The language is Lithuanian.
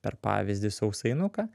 per pavyzdį sausainuką